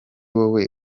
wowe